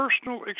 personal